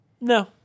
No